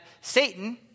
Satan